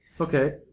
Okay